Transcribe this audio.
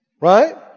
Right